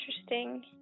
interesting